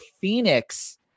Phoenix